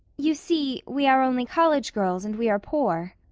you see, we are only college girls and we are poor.